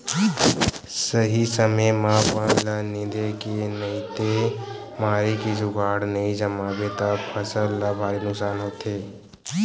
सही समे म बन ल निंदे के नइते मारे के जुगाड़ नइ जमाबे त फसल ल भारी नुकसानी होथे